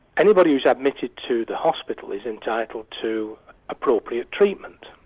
anybody who's admitted to the hospital is entitled to appropriate treatment,